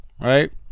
right